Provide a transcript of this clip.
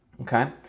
Okay